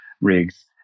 rigs